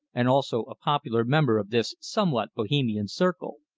and also a popular member of this somewhat bohemian circle.